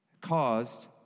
caused